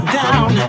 down